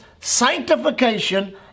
sanctification